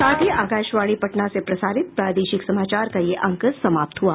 इसके साथ ही आकाशवाणी पटना से प्रसारित प्रादेशिक समाचार का ये अंक समाप्त हुआ